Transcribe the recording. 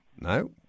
No